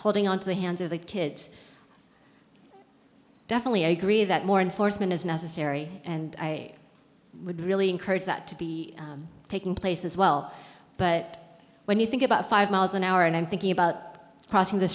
holding on to the hands of the kids definitely i agree that more and foresman is necessary and i would really encourage that to be taking place as well but when you think about five miles an hour and i'm thinking about crossing the